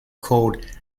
called